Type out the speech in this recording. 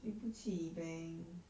对不起 bang